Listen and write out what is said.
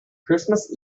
christmas